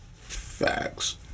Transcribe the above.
Facts